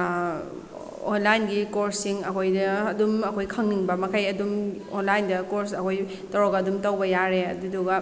ꯑꯣꯟꯂꯥꯏꯟꯒꯤ ꯀꯣꯔꯁꯁꯤꯡ ꯑꯩꯈꯣꯏꯗ ꯑꯗꯨꯝ ꯑꯩꯈꯣꯏ ꯈꯪꯅꯤꯡꯕ ꯃꯈꯩ ꯑꯗꯨꯝ ꯑꯣꯟꯂꯥꯏꯟꯗ ꯀꯣꯔꯁ ꯑꯩꯈꯣꯏ ꯇꯧꯔꯒ ꯑꯗꯨꯝ ꯇꯧꯕ ꯌꯥꯔꯦ ꯑꯗꯨꯗꯨꯒ